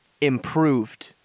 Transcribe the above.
improved